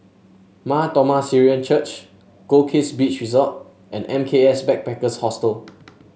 Mar Thoma Syrian Church Goldkist Beach Resort and M K S Backpackers Hostel